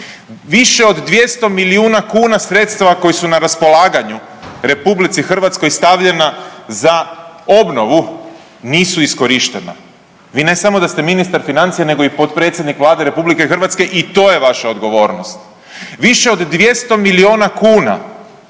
Više od 200 milijuna kuna sredstava koja su na raspolaganju RH stavljena za obnovu nisu iskorištena. Vi ne samo da ste ministar financija, nego i potpredsjednik Vlade RH i to je vaša odgovornost. Više od 200 milijuna kuna